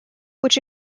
which